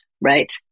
Right